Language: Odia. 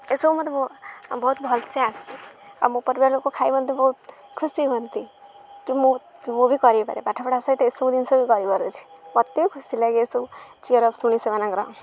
ଏସବୁ ମୋତେ ବହୁତ ବହୁତ ଭଲସେ ଆସେ ଆଉ ମୋ ପରିବାର ଲୋକ ଖାଇ ମଧ୍ୟ ବହୁତ ଖୁସି ହୁଅନ୍ତି କି ମୁଁ ମୁଁ ବି କରିପାରେ ପାଠପଢ଼ା ସହିତ ଏସବୁ ଜିନିଷ ବି କରିପାରୁଛି ମୋତେ ଖୁସି ଲାଗେ ଏସବୁ ଚିଅର୍ ଅଫ୍ ଶୁଣି ସେମାନଙ୍କର